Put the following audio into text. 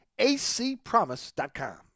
acpromise.com